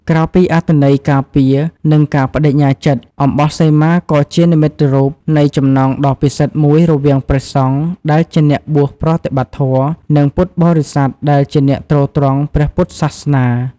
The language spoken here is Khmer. ក្រៅពីអត្ថន័យការពារ និងការប្តេជ្ញាចិត្ត អំបោះសីមាក៏ជានិមិត្តរូបនៃចំណងដ៏ពិសិដ្ឋមួយរវាងព្រះសង្ឃដែលជាអ្នកបួសប្រតិបត្តិធម៌ និងពុទ្ធបរិស័ទដែលជាអ្នកទ្រទ្រង់ព្រះពុទ្ធសាសនា។